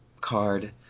card